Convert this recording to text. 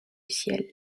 ciel